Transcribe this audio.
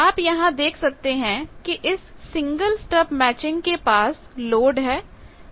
आप यहां देख सकते हैं कि इस सिंगल स्टब मैचिंग के पास लोड है